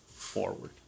forward